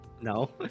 no